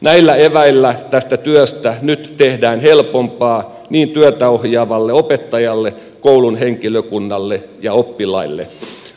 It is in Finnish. näillä eväillä tästä työstä tehdään nyt helpompaa niin työtä ohjaavalle opettajalle kuin koulun henkilökunnalle ja oppilaille